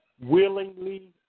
willingly